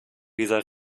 dieser